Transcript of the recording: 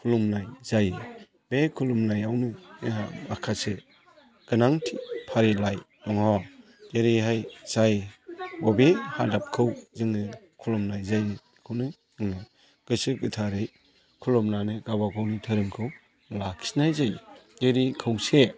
खुलुमनाय जायो बे खुलुमनायावनो जोंहा माखासे गोनांथि फारिलाइ दङ जेरैहाय जाय बबे हादाबखौ जोङो खुलुमनाय जायो बेखौनो जोङो गोसो गोथारै खुलुमनानै गावबा गावनि धोरोमखौ लाखिनाय जायो जेरै खौसे